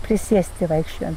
prisėsti vaikščiojant